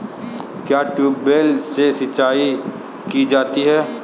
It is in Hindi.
क्या ट्यूबवेल से सिंचाई की जाती है?